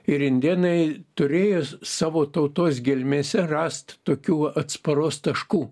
ir indėnai turėjo savo tautos gelmėse rast tokių atsparos taškų